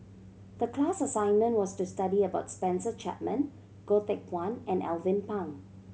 the class assignment was to study about Spencer Chapman Goh Teck Phuan and Alvin Pang